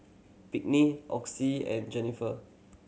Pinkney Auguste and Jenniffer